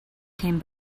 came